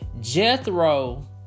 Jethro